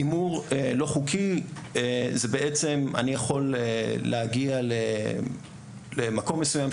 הימור לא חוקי זה שאני יכול להגיע למקום מסוים,